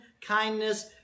kindness